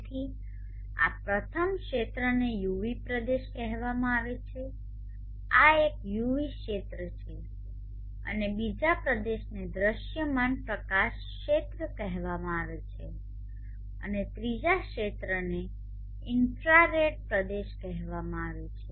તેથી આ પ્રથમ ક્ષેત્રને UV પ્રદેશ કહેવામાં આવે છે આ એક UV ક્ષેત્ર છે અને બીજા પ્રદેશને દૃશ્યમાન પ્રકાશ ક્ષેત્ર કહેવામાં આવે છે અને ત્રીજા ક્ષેત્રને ઇન્ફ્રારેડ પ્રદેશ કહેવામાં આવે છે